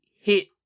hit